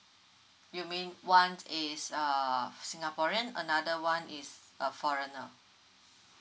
you mean one is err singaporean another one is a foreigner